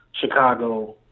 Chicago –